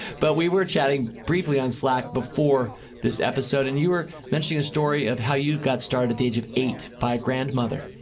but we were chatting briefly on slack before this episode and you were mentioning a story of how you got started at the age of eight by your grandmother.